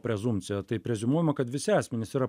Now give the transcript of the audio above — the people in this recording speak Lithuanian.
prezumpcija tai preziumuojama kad visi asmenys yra